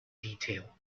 detail